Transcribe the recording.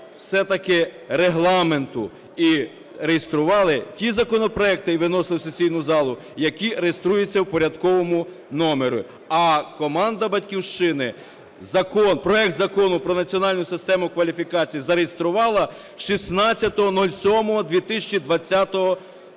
все-таки Регламенту і реєстрували ті законопроекти і виносили в сесійну залу, які реєструються в порядковому номері. А команда "Батьківщина" проект Закону про Національну систему кваліфікацій зареєструвала 16.07.2020 року